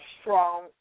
strong